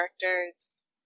characters